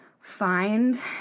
find